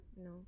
no